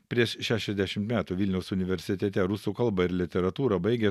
prieš šešiasdešim metų vilniaus universitete rusų kalbą ir literatūrą baigęs